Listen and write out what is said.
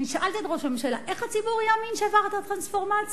אני שאלתי את ראש הממשלה: איך הציבור יאמין שעברת טרנספורמציה?